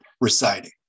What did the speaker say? reciting